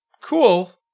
cool